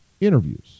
interviews